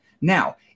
Now